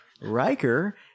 Riker